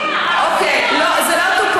מה זה משנה ------ לא, זה לא טופל.